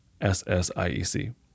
SSIEC